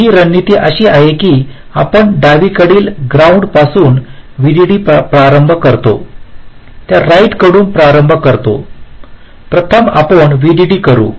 तर ही रणनीती अशी आहे की आपण डावीकडील ग्राउंड पासून व्हीडीडी प्रारंभ करता त्या राइटकडून प्रारंभ करता प्रथम आपण व्हीडीडी करू